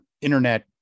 internet